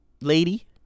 lady